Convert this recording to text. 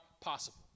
possible